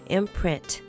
imprint